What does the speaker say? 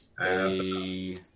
Stay